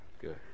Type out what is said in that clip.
Good